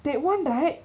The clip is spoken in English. that one right